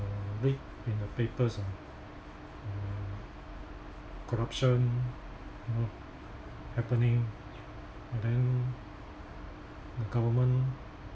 read in the papers uh uh corruption you know happening but then the government